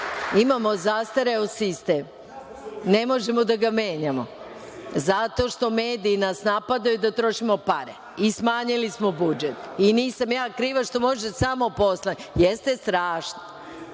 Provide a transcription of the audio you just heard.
SNS.Imamo zastareo sistem, ne možemo da ga menjamo, jer nas mediji napadaju da trošimo pare i smanjili smo budžet. Nisam ja kriva što može samo posle.(Marko Đurišić,